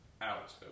out